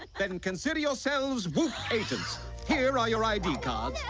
then consider yourselves woofs items here are your id card?